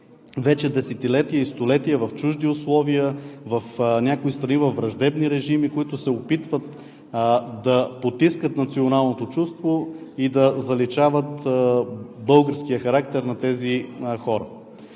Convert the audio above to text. вече десетилетия и столетия в чужди условия, в някои страни във враждебни режими, които се опитват да потискат националното чувство и да заличават българския характер на тези хора.